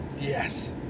Yes